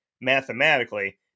mathematically